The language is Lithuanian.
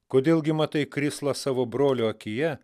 kodėl gi matai krislą savo brolio akyje